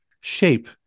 shape